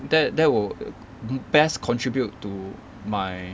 that that will best contribute to my